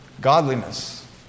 Godliness